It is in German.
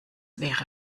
wäre